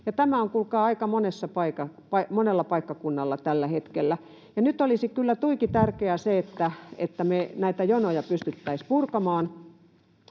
tilanne aika monella paikkakunnalla tällä hetkellä. Nyt olisi kyllä tuiki tärkeää se, että me näitä jonoja pystyttäisiin purkamaan,